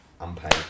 unpaid